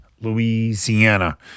Louisiana